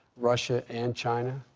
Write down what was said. russia and china,